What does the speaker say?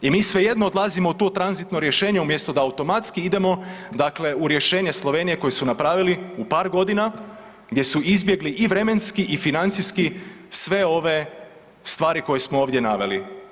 I mi svejedno odlazimo u to tranzitno rješenje umjesto da automatski idemo dakle u rješenje Slovenije koje su napravili u par godina, gdje su izbjegli i vremenski i financijski sve ove stvari koje smo ovdje naveli.